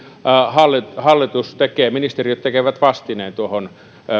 hallitus hallitus ja ministeriöt tekevät vastineen noihin